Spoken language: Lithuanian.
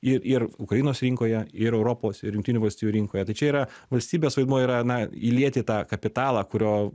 ir ir ukrainos rinkoje ir europos ir jungtinių valstijų rinkoje tai čia yra valstybės vaidmuo yra na įlieti tą kapitalą kurio